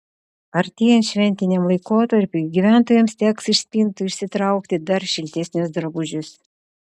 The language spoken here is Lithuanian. artėjant šventiniam laikotarpiui gyventojams teks iš spintų išsitraukti dar šiltesnius drabužius